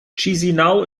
chișinău